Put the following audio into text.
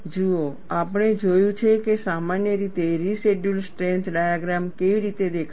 જુઓ આપણે જોયું છે કે સામાન્ય રીતે રેસિડયૂઅલ સ્ટ્રેન્થ ડાયગ્રામ કેવી રીતે દેખાશે